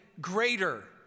greater